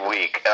Week